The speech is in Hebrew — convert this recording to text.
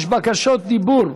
יש בקשות דיבור,